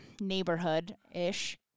neighborhood-ish